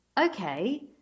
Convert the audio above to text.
okay